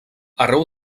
arreu